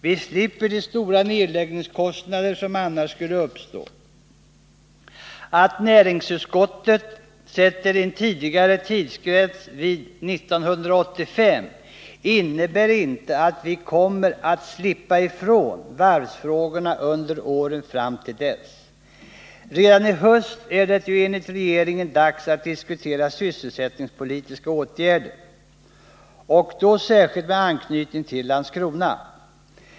Vi slipper de stora nedläggningskostnader som annars skulle uppstå. Att näringsutskottet sätter en tidsgräns vid 1985 innebär inte att vi kommer att ”slippa ifrån” varvsfrågorna under åren fram till dess. Redan i höst är det ju enligt regeringen dags att diskutera sysselsättningspolitiska åtgärder, och då särskilt med anknytning till Landskrona.